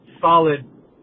solid